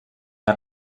més